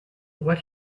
what